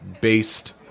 based